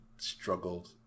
struggled